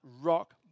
rock